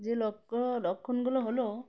যে লক্ষ্য লক্ষণগুলো হল